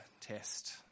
test